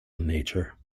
nature